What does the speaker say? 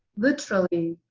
literally,